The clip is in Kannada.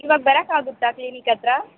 ಇವಾಗ ಬರೋಕ್ಕಾಗುತ್ತ ಕ್ಲಿನಿಕ್ ಹತ್ರ